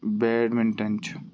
bad مِںٹَن چھُ